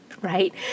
right